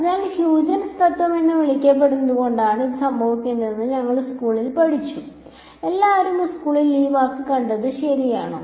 അതിനാൽ ഹ്യൂജൻസ് തത്വം എന്ന് വിളിക്കപ്പെടുന്നതുകൊണ്ടാണ് ഇത് സംഭവിക്കുന്നതെന്ന് ഞങ്ങൾ സ്കൂളിൽ പഠിച്ചു എല്ലാവരും സ്കൂളിൽ ഈ വാക്ക് കണ്ടത് ശരിയാണോ